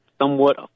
somewhat